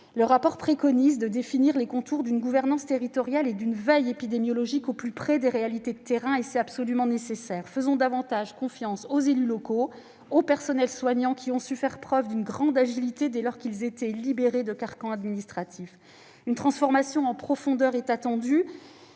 Le rapport préconise de définir les contours d'une gouvernance territoriale et d'une veille épidémiologique au plus près des réalités de terrain. C'est absolument nécessaire. Faisons davantage confiance aux élus locaux et aux personnels soignants qui ont su faire faire preuve d'une grande agilité dès lors qu'ils étaient libérés des carcans administratifs. Une transformation en profondeur est attendue